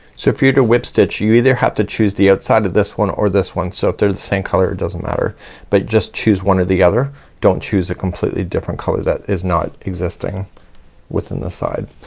so if you do whip stitch you either have to choose the outside of this one or this one. so if they're the same color, it doesn't matter but just choose one or the other don't choose a completely different color that is not existing within the side.